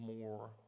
more